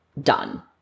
done